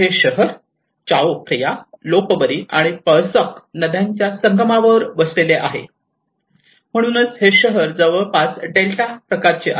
हे शहर Chao Phraya Lopburi आणि पळसक नद्यांच्या संगमावर वसलेले आहे म्हणूनच हे शहर जवळपास डेल्टा प्रकारचे आहे